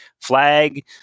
flag